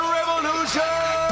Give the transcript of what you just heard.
Revolution